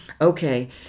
Okay